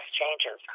changes